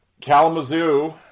Kalamazoo